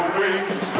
wings